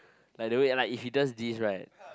like the way if he does this right